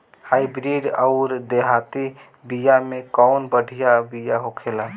Hybrid अउर देहाती बिया मे कउन बढ़िया बिया होखेला?